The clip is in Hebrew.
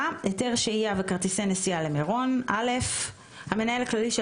היתר שהייה וכרטיסי נסיעה למירון המנהל הכללי של